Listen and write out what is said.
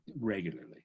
regularly